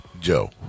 Joe